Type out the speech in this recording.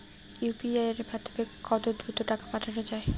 UPI এর মাধ্যমে কত দ্রুত টাকা পাঠানো যায়?